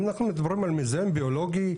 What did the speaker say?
אם אנחנו מדברים על מזהם ביולוגי,